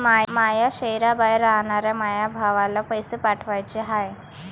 माया शैहराबाहेर रायनाऱ्या माया भावाला पैसे पाठवाचे हाय